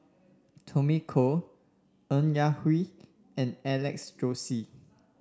Tommy Koh Ng Yak Whee and Alex Josey